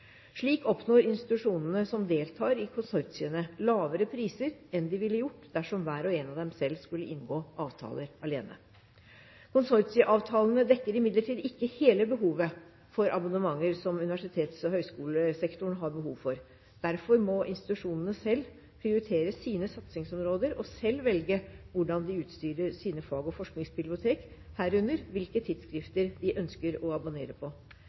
Slik oppnår institusjonene som deltar i konsortiene, lavere priser enn de ville gjort dersom hver og en av dem selv skulle inngå avtaler alene. Konsortieavtalene dekker imidlertid ikke hele behovet for abonnementer som universitets- og høyskolesektoren har. Derfor må institusjonene selv prioritere sine satsingsområder og selv velge hvordan de utstyrer sine fag- og forskningsbibliotek, herunder hvilke tidsskrifter de ønsker å abonnere på.